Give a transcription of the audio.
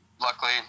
luckily